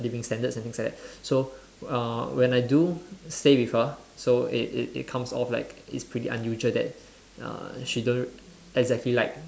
living standards and things like that so uh when I do stay with her so it it it comes of like it's pretty unusual that uh she don't exactly like